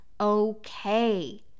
okay